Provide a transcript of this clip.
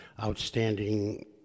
Outstanding